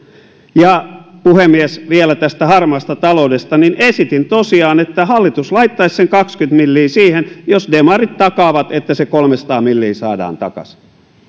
ja puhemies vielä tästä harmaasta taloudesta esitin tosiaan että hallitus laittaisi sen kaksikymmentä milliä siihen jos demarit takaavat että se kolmesataa milliä saadaan takaisin